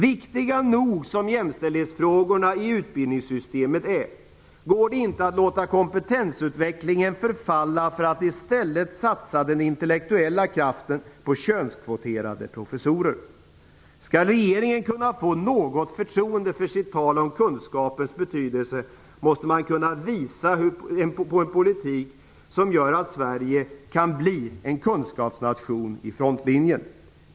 Viktiga nog som jämställdhetsfrågorna i utbildningssystemet är, går det inte att låta kompetensutvecklingen förfalla för att i stället satsa den intellektuella kraften på könskvoterade professorer. Skall regeringen kunna vinna något förtroende för sitt tal om kunskapens betydelse måste man kunna visa på en politik som gör att Sverige kan bli en kunskapsnation i frontlinjen.